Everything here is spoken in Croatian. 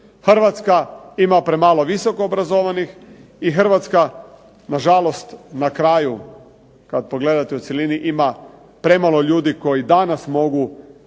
Hrvatska ima premalo visoko obrazovanih i Hrvatska na žalost na kraju kad pogledate u cjelini ima premalo ljudi koji danas mogu